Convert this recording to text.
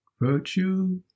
virtue